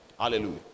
Hallelujah